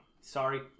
Sorry